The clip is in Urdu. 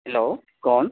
ہیلو کون